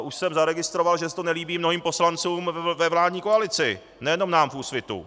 Už jsem zaregistroval, že se to nelíbí mnohým poslancům ve vládní koalici, nejenom nám v Úsvitu.